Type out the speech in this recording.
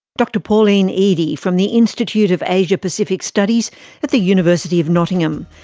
dr pauline eadie, from the institute of asia pacific studies at the university of nottingham.